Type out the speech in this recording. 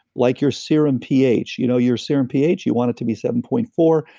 like your serum ph. you know your serum ph? you want it to be seven point four,